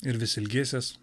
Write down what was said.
ir vis ilgėsies